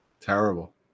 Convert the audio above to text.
Terrible